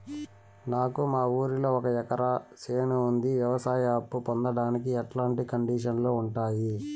నాకు మా ఊరిలో ఒక ఎకరా చేను ఉంది, వ్యవసాయ అప్ఫు పొందడానికి ఎట్లాంటి కండిషన్లు ఉంటాయి?